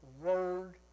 word